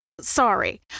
Sorry